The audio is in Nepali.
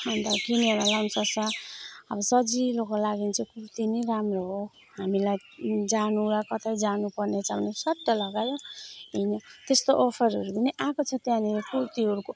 अन्त किनेर लगाउन सक्छ अब सजिलोको लागि चाहिँ कुर्ती नै राम्रो हो हामीलाई जानुलाई कतै जानुपर्ने छ भने सट्ट लगायो हिँड्यो त्यस्तो अफरहरू पनि आएको छ त्यहाँनेरि कुर्तीहरूको